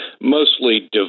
mostly